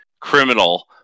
criminal